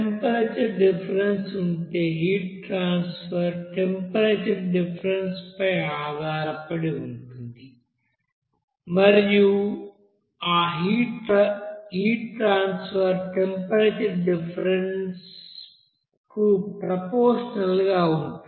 temperature difference ఉంటే heat transfer temperature difference పై ఆధారపడి ఉంటుంది మరియు ఈ ఆ హీట్ ట్రాన్సఫర్ టెంపరేచర్ డిఫరెన్స్ కు ప్రపోర్సినల్ గా ఉంటుంది